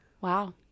Wow